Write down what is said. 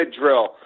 drill